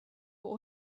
will